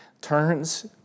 turns